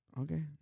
Okay